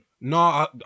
No